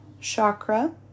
chakra